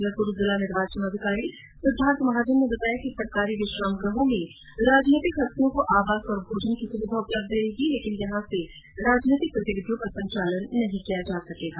जयपुर जिला निर्वाचन अधिकारी सिद्धार्थ महाजन ने बताया कि सरकारी विश्राम गृहों में राजनैतिक हस्तियों को आवास और भोजन की सुविधा उपलब्ध रहेगी लेकिन विश्राम गृहों से राजनैतिक गतिविधियों का संचालन नहीं किया जा सकेगा